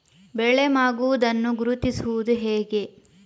ಬೆಳೆ ಮಾಗುವುದನ್ನು ಗುರುತಿಸುವುದು ಹೇಗೆ?